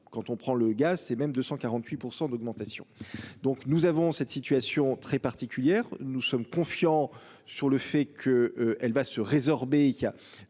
quand on prend le gaz et même 248% d'augmentation. Donc nous avons cette situation très particulière. Nous sommes confiants sur le fait que elle va se résorber.